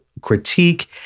critique